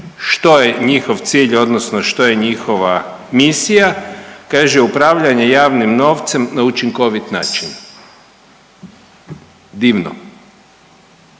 što je njihov cilj odnosno što je njihova misija. Kaže upravljanje javnim novcem na učinkovit način. Divno.